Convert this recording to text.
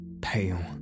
pale